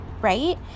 right